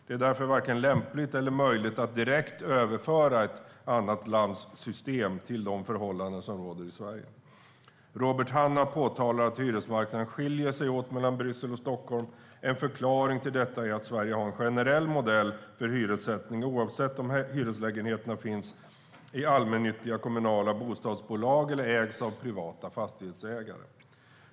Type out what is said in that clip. Det är därför varken lämpligt eller möjligt att direkt överföra ett annat lands system till de förhållanden som råder i Sverige. Robert Hannah påpekar att hyresmarknaden skiljer sig åt mellan Bryssel och Stockholm. En förklaring till detta är att Sverige har en generell modell för hyressättning oavsett om hyreslägenheterna finns i allmännyttiga kommunala bostadsbolag eller ägs av privata fastighetsägare.